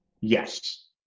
Yes